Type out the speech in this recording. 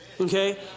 Okay